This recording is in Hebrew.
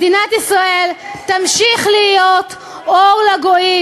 מדינת ישראל תמשיך להיות אור לגויים.